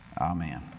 Amen